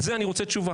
על זה אני רוצה תשובה.